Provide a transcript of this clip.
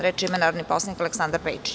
Reč ima narodni poslanik Aleksandar Pejčić.